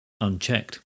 unchecked